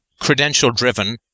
credential-driven